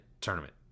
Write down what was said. tournament